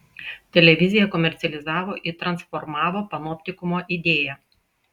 televizija komercializavo ir transformavo panoptikumo idėją